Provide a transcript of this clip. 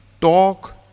Talk